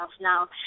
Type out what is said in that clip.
now